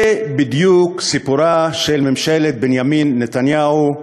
זה בדיוק סיפורה של ממשלת בנימין נתניהו,